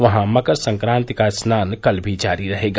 वहां मकर संक्रांति का स्नान कल भी जारी रहेगा